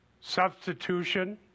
substitution